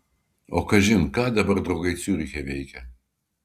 o kažin ką dabar draugai ciuriche veikia